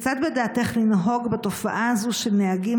כיצד בדעתך לנהוג בתופעה הזו שנהגים,